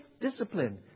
discipline